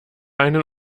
einen